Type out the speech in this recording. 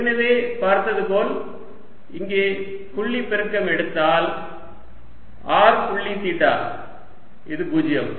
ஏற்கனவே பார்த்ததுபோல் இங்கே புள்ளிப் பெருக்கம் எடுத்தால் r புள்ளி தீட்டா இது 0